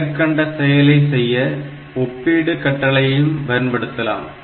மேற்கண்ட செயலை செய்ய ஒப்பீடு கட்டளைகளையும் பயன்படுத்தலாம்